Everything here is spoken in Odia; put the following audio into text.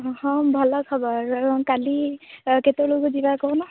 ହଁ ଭଲ ଖବର କାଲି କେତେବେଳକୁ ଯିବା କହୁନ